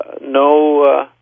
no